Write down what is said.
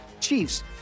Chiefs